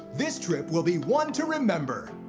this trip will be one to remember.